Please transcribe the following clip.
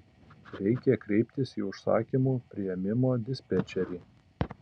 reikia kreiptis į užsakymų priėmimo dispečerį